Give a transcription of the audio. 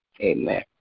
Amen